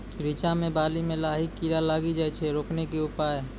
रिचा मे बाली मैं लाही कीड़ा लागी जाए छै रोकने के उपाय?